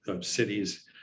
cities